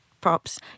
props